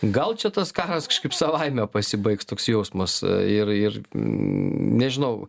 gal čia tas karas kažkaip savaime pasibaigs toks jausmas ir ir nežinau